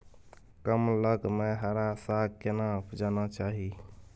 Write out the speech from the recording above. कम लग में हरा साग केना उपजाना चाही?